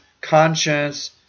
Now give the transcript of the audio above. conscience